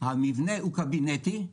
שהמבנה הוא קבינטי,